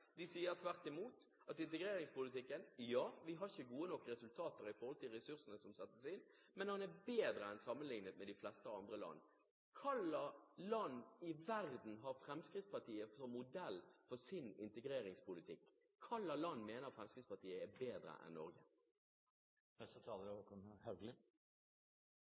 sier tvert imot at ja, vi har ikke gode nok resultater i integreringspolitikken i forhold til ressursene som settes inn, men sammenlignet med de fleste andre land er den bedre. Så det andre spørsmålet mitt er: Hvis det er slik at Fremskrittspartiet mener at integreringspolitikken er feilslått, hvilket land i verden har Fremskrittspartiet som modell for sin integreringspolitikk? Hvilket land mener Fremskrittspartiet er bedre enn